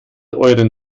euren